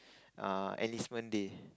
err enlistment day